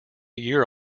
year